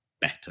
better